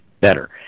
better